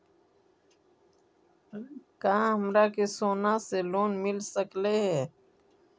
का हमरा के सोना से लोन मिल सकली हे?